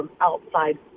outside